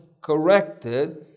corrected